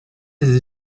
ses